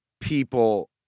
people